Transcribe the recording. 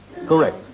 Correct